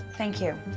thank you.